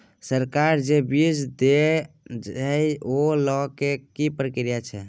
सरकार जे बीज देय छै ओ लय केँ की प्रक्रिया छै?